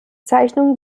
zeichnung